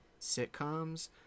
sitcoms